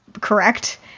Correct